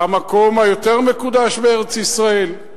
המקום היותר מקודש בארץ-ישראל.